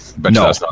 No